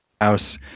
house